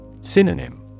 Synonym